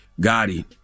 Gotti